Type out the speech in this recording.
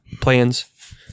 plans